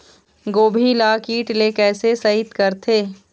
गोभी ल कीट ले कैसे सइत करथे?